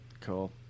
cool